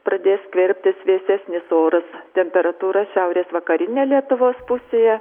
pradės skverbtis vėsesnis oras temperatūra šiaurės vakarinė lietuvos pusėje